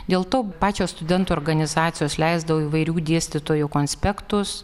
dėl to pačios studentų organizacijos leisdavo įvairių dėstytojų konspektus